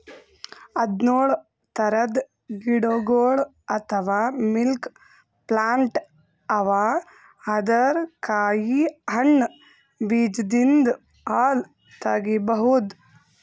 ಹದ್ದ್ನೊಳ್ ಥರದ್ ಗಿಡಗೊಳ್ ಅಥವಾ ಮಿಲ್ಕ್ ಪ್ಲಾಂಟ್ ಅವಾ ಅದರ್ ಕಾಯಿ ಹಣ್ಣ್ ಬೀಜದಿಂದ್ ಹಾಲ್ ತಗಿಬಹುದ್